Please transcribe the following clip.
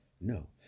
No